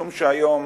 משום שהיום